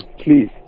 Please